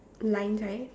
lines right